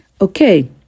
Okay